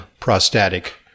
prostatic